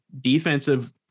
defensive